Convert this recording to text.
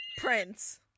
Prince